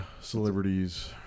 celebrities